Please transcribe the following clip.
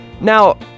Now